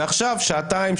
ועכשיו שעתיים,